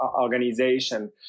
organization